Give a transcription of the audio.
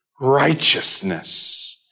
righteousness